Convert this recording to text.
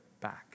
back